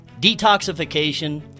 detoxification